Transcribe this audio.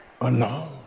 alone